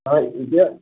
হয় এতিয়া